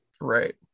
Right